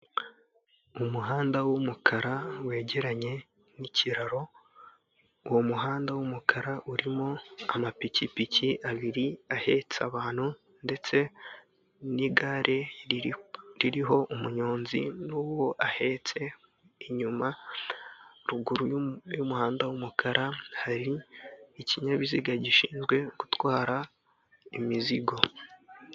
Mu muhanda w'umukara wegeranye n'ikiraro, uwo muhanda w'umukara urimo amapikipiki abiri ahetse abantu, ndetse n'igare ririho umunyonzi n'uwo ahetse inyuma, ruguru y'umuhanda w'umukara hari ikinyabiziga gishinzwe gutwara imizigo.